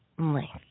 length